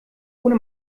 ohne